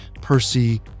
Percy